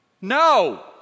No